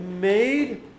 made